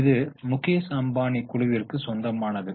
இது முகேஷ் அம்பானி குழுவிற்கு சொந்தமானது